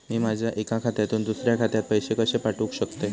मी माझ्या एक्या खात्यासून दुसऱ्या खात्यात पैसे कशे पाठउक शकतय?